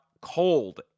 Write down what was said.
cold